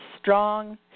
strong